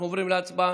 אנחנו עוברים להצבעה